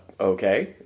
Okay